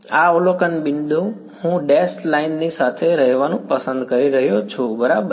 આ અવલોકન બિંદુ હું ડૅશ લાઇન ની સાથે રહેવાનું પસંદ કરી રહ્યો છું બરાબર